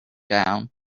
down